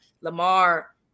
Lamar